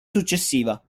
successiva